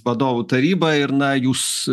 vadovų taryba ir na jūs